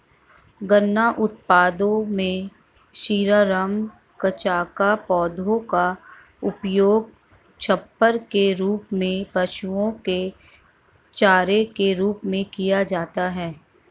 गन्ना उत्पादों में शीरा, रम, कचाका, पौधे का उपयोग छप्पर के रूप में, पशुओं के चारे के रूप में किया जाता है